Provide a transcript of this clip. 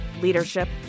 leadership